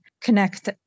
connect